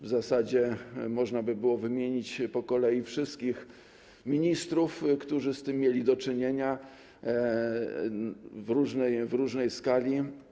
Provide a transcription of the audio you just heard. W zasadzie można by było wymienić po kolei wszystkich ministrów, którzy z tym mieli do czynienia, w różnej skali.